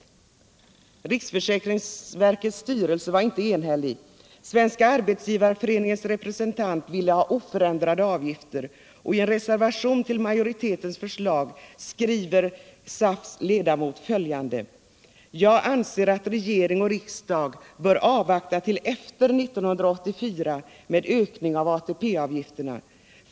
Riksförsäkringsverkets styrelse var inte enig. Svenska arbetsgivareföreningens representant ville ha oförändrade avgifter, och i en reservation till majoritetens förslag skriver SAF:s ledamot följande: ”Jaganser att regering och riksdag bör avvakta till efter 1984 med ökning av ATP-avgifterna.